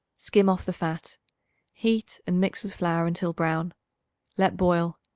skim off the fat heat and mix with flour until brown let boil.